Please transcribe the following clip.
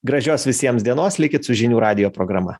gražios visiems dienos likit su žinių radijo programa